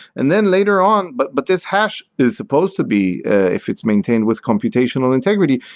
and then later on but but this hash is supposed to be if it's maintained with computational integrity,